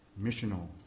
Missional